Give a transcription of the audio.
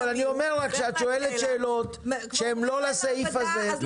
אבל אני אומר לך שאת שואלת שאלות שהן לא לסעיף הזה.